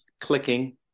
clicking